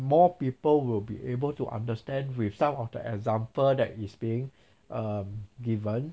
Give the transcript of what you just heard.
more people will be able to understand with some of the example that is being um given